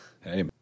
hey